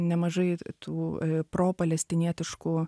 nemažai tų pro palestinietiškų